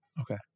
Okay